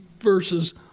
verses